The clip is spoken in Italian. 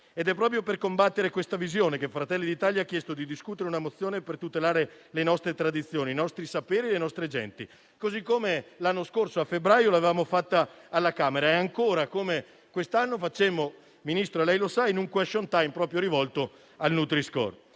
È proprio per combattere questa visione che Fratelli d'Italia ha chiesto di discutere una mozione per tutelare le nostre tradizioni, i nostri saperi e le nostre genti. Come l'anno scorso a febbraio avevamo fatto alla Camera e come anche quest'anno abbiamo fatto - Ministro, lei lo sa - in un *question time* incentrato proprio sul nutri-score.